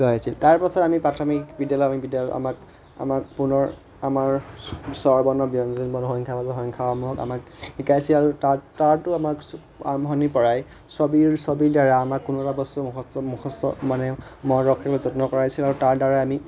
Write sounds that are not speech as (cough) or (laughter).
(unintelligible) তাৰ পাছত আমি প্ৰাথমিক বিদ্যালয় বিদ্যালয়ত আমাক পুনৰ আমাৰ স্বৰ বৰ্ণ ব্যঞ্জন বৰ্ণ সংখ্যা বাছো সংখ্যাসমূহ আমাক শিকাইছিল আৰু তাতো আমাক আৰম্ভণীৰ পৰাই ছবিৰ দ্বাৰা আমাক কোনোবা এটা বস্তু মুখস্থ মানে মনত ৰখিবলৈ যত্ন কৰাইছিল আৰু তাৰ দ্বাৰাই আমি